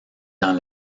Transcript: dans